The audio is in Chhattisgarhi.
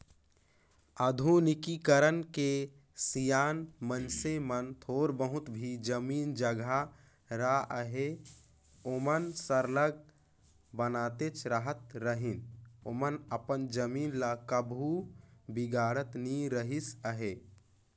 आधुनिकीकरन के सियान मइनसे मन थोर बहुत भी जमीन जगहा रअहे ओमन सरलग बनातेच रहत रहिन ओमन अपन जमीन ल कभू बिगाड़त नी रिहिस अहे